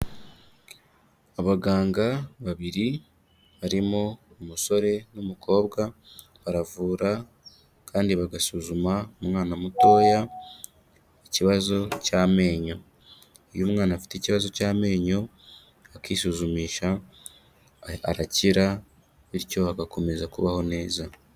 Abaganga babiri barimo umusore n'umukobwa baravura, kandi bagasuzuma umwana mutoya ikibazo cy'amenyo. Iyo umwana afite ikibazo cy'amenyo, akisuzumisha, arakira bityo agakomeza kubaho neza.